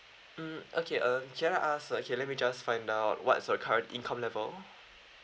mm okay uh can I ask okay let me just find out what's your current income level